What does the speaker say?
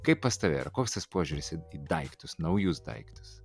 kaip pas tave yra koks tas požiūris į į daiktus naujus daiktus